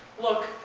look,